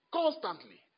constantly